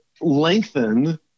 lengthen